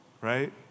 right